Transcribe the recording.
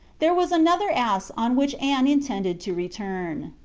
there was another ass on which anne intended to return.